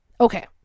Okay